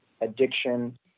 addiction